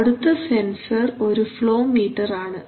അടുത്ത സെൻസർ ഒരു flow meter ആണ്